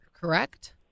correct